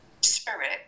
Spirit